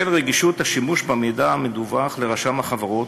בשל רגישות השימוש במידע המדווח לרשם החברות